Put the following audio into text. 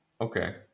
Okay